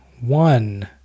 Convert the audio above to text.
one